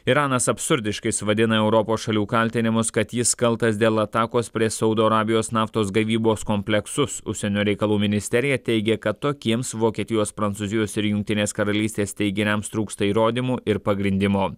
iranas absurdiškais vadina europos šalių kaltinimus kad jis kaltas dėl atakos prieš saudo arabijos naftos gavybos kompleksus užsienio reikalų ministerija teigia kad tokiems vokietijos prancūzijos ir jungtinės karalystės teiginiams trūksta įrodymų ir pagrindimo